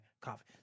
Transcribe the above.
coffee